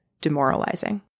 demoralizing